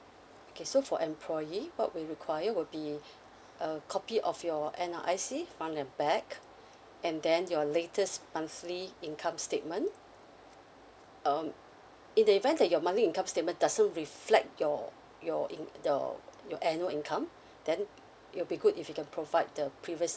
okay so for employee what we require will be a copy of your N_R_I_C front and back and then your latest monthly income statement um in the event that your monthly income statement does not reflect your your in your your annual income then it'll be good if you can provide the previous